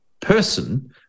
person